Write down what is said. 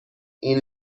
این